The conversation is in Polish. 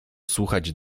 słuchać